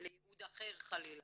לייעוד אחר חלילה?